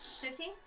Fifteen